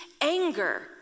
anger